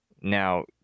now